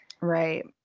Right